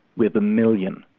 we have a million.